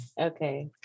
Okay